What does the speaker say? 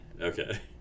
Okay